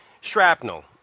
Shrapnel